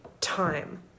Time